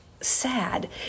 sad